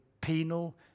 penal